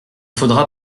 faudra